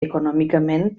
econòmicament